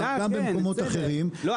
בכלכלה, כן, בסדר.